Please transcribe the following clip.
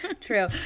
True